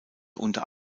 unter